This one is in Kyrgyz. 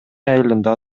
айылында